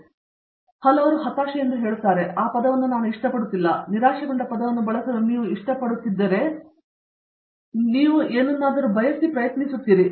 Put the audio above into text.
ಆದ್ದರಿಂದ ಹಲವರು ಹತಾಶೆಯನ್ನು ಹೇಳುತ್ತಾರೆ ನಾನು ಆ ಪದವನ್ನು ಇಷ್ಟಪಡುತ್ತಿಲ್ಲ ನಿರಾಶೆಗೊಂಡ ಪದವನ್ನು ಬಳಸಲು ನೀವು ಇಷ್ಟಪಡುತ್ತಿದ್ದರೆ ಅದು ನಿಮಗೆ ನಿರಾಶೆಯಾಗುತ್ತದೆ ನೀವು ಯಾವುದನ್ನಾದರೂ ಬಯಸಿ ಪ್ರಯತ್ನಿಸುತ್ತೀರಿ